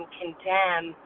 condemn